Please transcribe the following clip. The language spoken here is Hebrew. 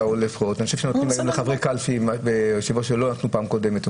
נותנים לחברי קלפי --- שלא נתנו בפעם הקודמת.